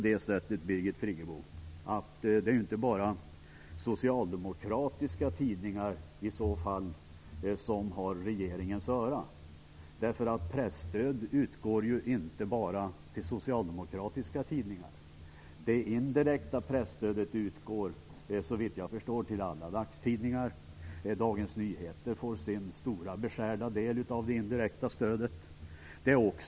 Det är inte bara socialdemokratiska tidningar som har regeringens öra, Birgit Friggebo. Presstöd utgår nämligen inte bara till socialdemokratiska tidningar. Det indirekta presstödet utgår, såvitt jag förstår, till alla dagstidningar. Dagens Nyheter får sin stora beskärda del av det indirekta stödet.